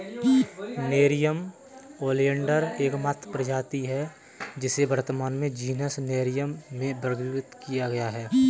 nerium oleander एकमात्र प्रजाति है जिसे वर्तमान में जीनस नेरियम में वर्गीकृत किया गया है